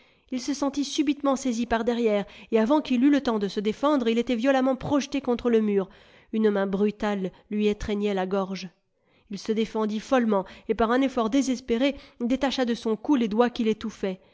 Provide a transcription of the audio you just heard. il se sentit subitement saisi par derrière et avant qu'il eût le temps de se défendre il était violemment projeté contre le mur une main brutale lui étreignait la gorge se défendit follement et par un effort désespéré détacha de son cou les doigts qui l'étouffaient